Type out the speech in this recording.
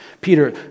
Peter